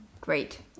Great